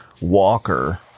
walker